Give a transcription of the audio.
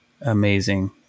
Amazing